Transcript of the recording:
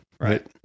Right